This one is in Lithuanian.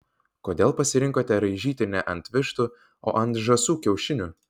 kodėl pasirinkote raižyti ne ant vištų o ant žąsų kiaušinių